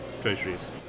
treasuries